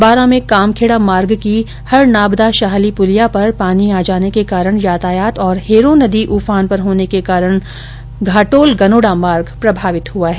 बारां में कामखेड़ा मार्ग की हरनाबदाशाहली पुलिया पर पानी आ जाने के कारण यातायात तथा हेरो नदी उफान पर होने के कारण घाटोल गनोड़ा मार्ग प्रभावित हुआ है